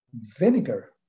vinegar